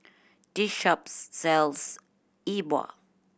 this shop sells E Bua